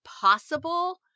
possible